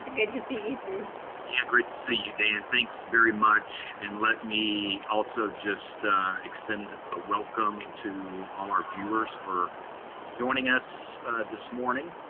good to see you, too. yeah, great to see you, dan. thanks very much and let me also just extend a welcome to our viewers for joining us this morning.